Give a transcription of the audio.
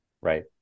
Right